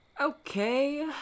Okay